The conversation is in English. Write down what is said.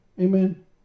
amen